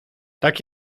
tak